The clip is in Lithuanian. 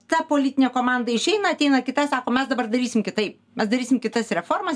ta politinė komanda išeina ateina kita sako mes dabar darysim kitaip mes darysim kitas reformas